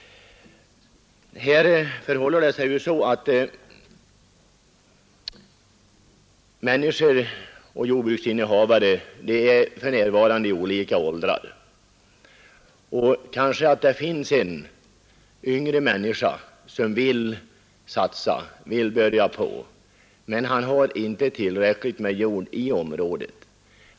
Bland jordbruksinnehavare i olika åldrar kan det finnas en yngre människa, som vill satsa på ett större jordbruk, men han har inte tillräckligt med jord i området.